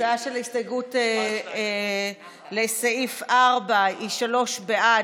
התוצאה של ההצבעה על הסתייגות 4 היא שלושה בעד,